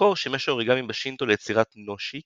במקור שימש האוריגמי בשינטו ליצירת "נושי",